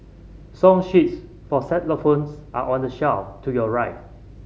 song sheets for xylophones are on the shelf to your right